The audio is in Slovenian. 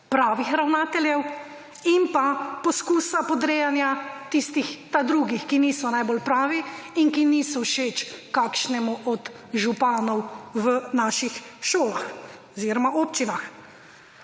pravih ravnatelj in poskusa potrjenja tistih ta drugih, ki niso najbolj pravi in ki niso všeč kakšnemu od županov v naših šolah oziroma občinah.